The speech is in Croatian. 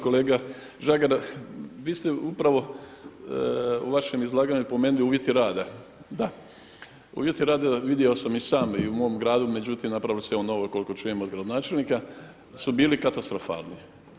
Kolega Žagar vi ste upravo u vašem izlaganju spomenuli uvjeti rada, da, uvjeti rada, vidio sam i sam i u mom gradu, međutim, napravili ste … koliko čujem od gradonačelnika, su bili katastrofalni.